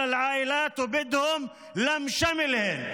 דואגים למשפחות ורוצים את איחודן.)